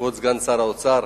כבוד סגן שר האוצר,